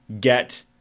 get